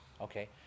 okay